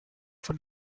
for